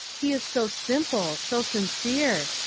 he is so simple, so sincere.